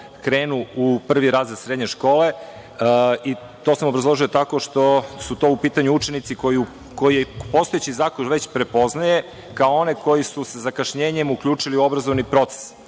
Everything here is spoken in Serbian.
krenu u prvi razred srednje škole. To sam obrazložio tako što su to u pitanju učenici koje postojeći zakon već prepoznaje, kao one koji su se sa zakašnjenjem uključili u obrazovni proces.